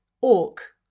orc